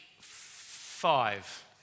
five